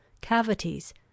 cavities